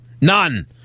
None